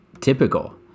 typical